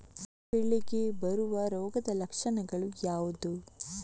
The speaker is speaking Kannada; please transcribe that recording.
ಮೆಂತೆ ಬೆಳೆಗೆ ಬರುವ ರೋಗದ ಲಕ್ಷಣಗಳು ಯಾವುದು?